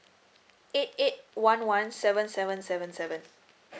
eight eight one one seven seven seven seven